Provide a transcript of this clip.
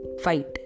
fight